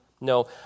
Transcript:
No